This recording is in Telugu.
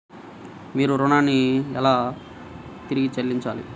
మీరు ఋణాన్ని ఎలా తిరిగి చెల్లిస్తారు?